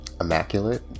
immaculate